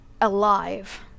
alive